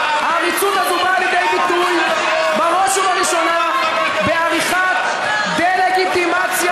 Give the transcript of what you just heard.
העריצות הזו באה לידי ביטוי בראש ובראשונה בעריכת דה-לגיטימציה